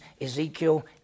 Ezekiel